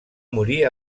morir